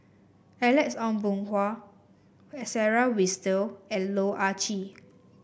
Alex Ong Boon Hau Sarah Winstedt and Loh Ah Chee